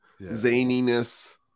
zaniness